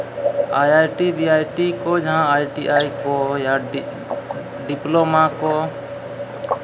I I T B I T ᱠᱚ ᱡᱟᱦᱟᱸ I T I ᱠᱚ ᱰᱤᱯᱞᱚᱢᱟ ᱠᱚ